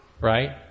right